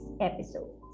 episode